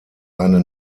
eine